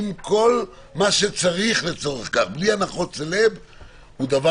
עם כל מה שצריך לצורך כך בלי הנחות סלב,